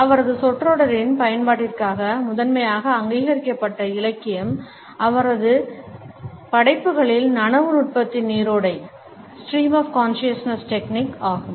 அவரது சொற்றொடரின் பயன்பாட்டிற்காக முதன்மையாக அங்கீகரிக்கப்பட்ட இலக்கியம் அவரது படைப்புகளில் நனவு நுட்பத்தின் நீரோடை 'stream of consciousness technique' ஆகும்